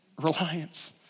reliance